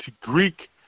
Greek